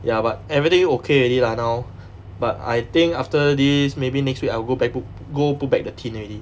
ya but everything okay already lah now but I think after this maybe next week I will go back put go put back the tint already